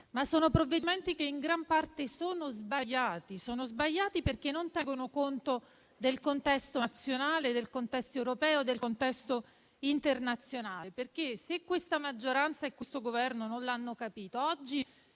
anche provvedimenti sbagliati. E sono sbagliati, perché non tengono conto del contesto nazionale, del contesto europeo e del contesto internazionale Se questa maggioranza e questo Governo non l'hanno capito, oggi